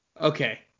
Okay